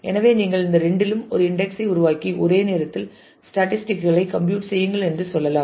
எனவே நீங்கள் இந்த இரண்டிலும் ஒரு இன்டெக்ஸ் ஐ உருவாக்கி ஒரே நேரத்தில் ஸ்டேட்டிஸ்டிக்ஸ் களை கம்ப்யூட் செய்யுங்கள் என்று சொல்லலாம்